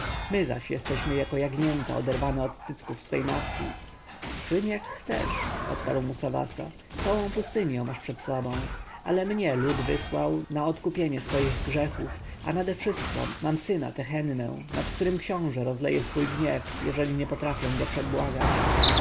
my zaś jesteśmy jako jagnięta oderwane od cycków swej matki czyń jak chcesz odparł musawasa całą pustynię masz przed sobą ale mnie lud wysłał na odkupienie swoich grzechów a nadewszystko mam syna tehennę nad którym książę rozleje swój gniew jeżeli nie potrafię go przebłagać